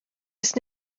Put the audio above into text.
ist